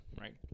right